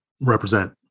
represent